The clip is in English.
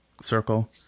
circle